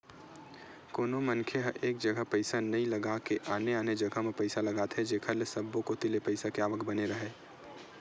कोनो मनखे ह एक जघा पइसा नइ लगा के आने आने जघा म पइसा लगाथे जेखर ले सब्बो कोती ले पइसा के आवक बने राहय